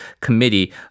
Committee